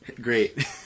Great